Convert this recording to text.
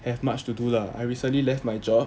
have much to do lah I recently left my job